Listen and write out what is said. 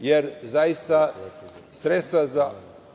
jer zaista, sredstva za